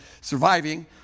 surviving